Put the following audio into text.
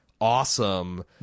awesome